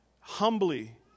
humbly